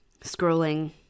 scrolling